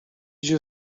you